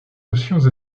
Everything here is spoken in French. options